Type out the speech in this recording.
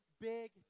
big